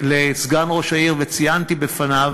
וציינתי בפניו